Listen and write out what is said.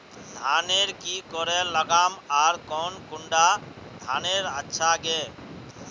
धानेर की करे लगाम ओर कौन कुंडा धानेर अच्छा गे?